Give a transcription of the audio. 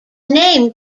name